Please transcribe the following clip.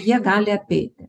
jie gali apeiti